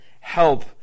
help